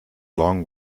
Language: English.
long